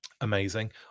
amazing